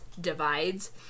divides